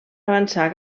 avançar